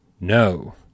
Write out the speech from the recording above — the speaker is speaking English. No